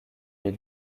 les